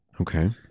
Okay